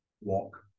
walk